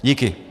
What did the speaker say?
Díky.